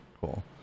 Cool